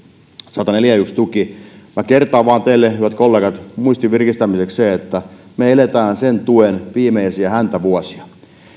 sataneljäkymmentäyksi tuki minä kertaan vain teille hyvät kollegat muistin virkistämiseksi sen että me elämme sen tuen viimeisiä häntävuosia